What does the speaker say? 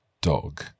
dog